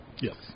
Yes